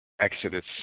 exodus